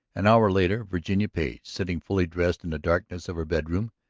an hour later virginia page, sitting fully dressed in the darkness of her bedroom,